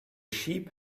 sheep